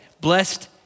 blessed